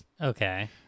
Okay